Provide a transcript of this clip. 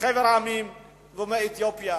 מחבר המדינות ומאתיופיה.